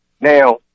Now